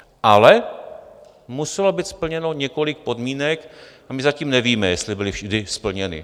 Ale muselo být splněno několik podmínek a my zatím nevíme, jestli byly vždy splněny.